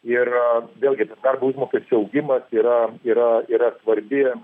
ir vėlgi darbo užmokesčio augimas yra yra yra svarbi